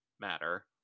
matter